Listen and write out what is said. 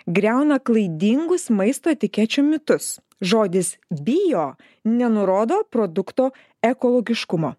griauna klaidingus maisto etikečių mitus žodis bio nenurodo produkto ekologiškumo